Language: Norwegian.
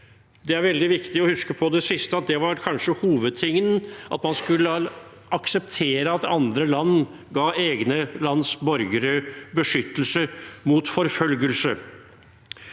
Det er veldig viktig å huske på det siste, at det var kanskje hovedsaken, at man skulle akseptere at andre land ga eget lands borgere beskyttelse mot forfølgelse.